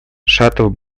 шатов